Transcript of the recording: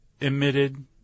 emitted